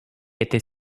était